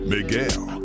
Miguel